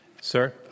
Sir